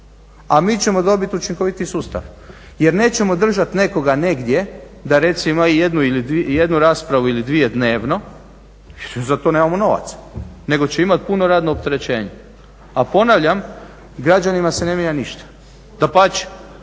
a mi ćemo dobiti učinkovitiji sustav jer nećemo držati nekoga negdje da recimo ima jednu ili dvije, jednu raspravu ili dvije dnevno. Za to nemamo novaca nego će imati puno radno opterećenje. A ponavljam, građanima se ne mijenja ništa. Dapače,